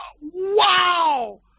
Wow